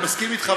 אני מסכים איתך,